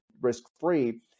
risk-free